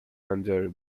under